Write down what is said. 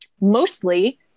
Mostly